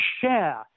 share